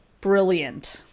brilliant